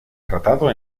tratado